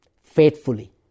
faithfully